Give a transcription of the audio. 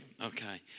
Okay